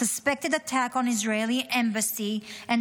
suspected attack on Israeli Embassy and